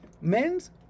Men's